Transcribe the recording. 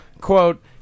Quote